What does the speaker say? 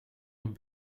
hun